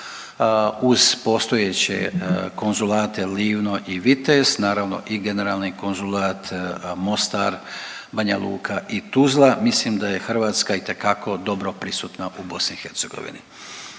uz postojeće konzulate Livno i Vitez, naravno i Generalni konzulat Mostar, Banja Luka i Tuzla. Mislim da je Hrvatska itekako dobro prisutna u BiH